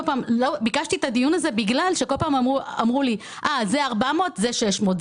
ביקשתי את הדיון הזה בגלל שכל פעם אמרו לי שזה 400 וזה 600,